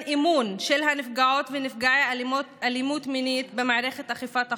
אמון של נפגעות ונפגעי אלימות מינית במערכת אכיפת החוק.